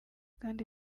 kandi